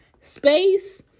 Space